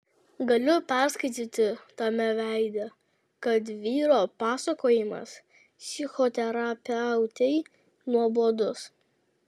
galiu perskaityti tame veide kad vyro pasakojimas psichoterapeutei nuobodus